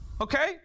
Okay